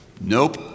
nope